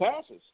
passes